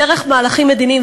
דרך מהלכים מדיניים,